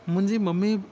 मुंहिंजी मम्मी